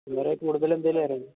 വേറെ കൂടുതല് എന്തെങ്കിലും അറിയണോ